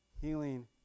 healing